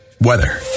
weather